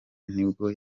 nibwo